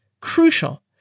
Crucial